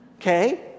Okay